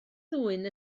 ddwyn